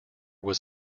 was